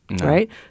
Right